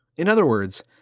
in other words,